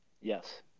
Yes